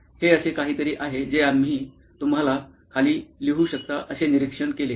हे असे काहीतरी आहे जे आम्ही तुम्हाला खाली लिहू शकता असे निरीक्षण केले